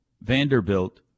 Vanderbilt